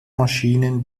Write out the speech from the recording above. maschinen